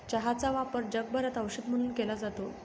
चहाचा वापर जगभरात औषध म्हणून केला जातो